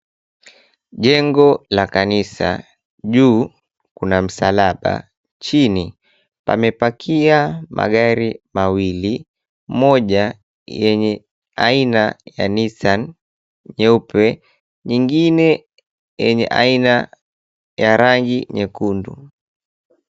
Jengo la kanisa. Juu kuna msalaba. Chini pamepakia magari mawili, moja yenye aina ya nissan nyeupe, nyingine yenye aina ya rangi nyekundu.